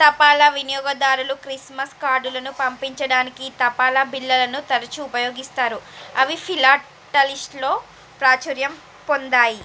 తపాలా వినియోగదారులు క్రిస్మస్ కార్డులను పంపించడానికి ఈ తపాలా బిళ్ళలను తరచుగా ఉపయోగిస్తారు అవి ఫిలాటలిస్ట్లో ప్రాచుర్యం పొందాయి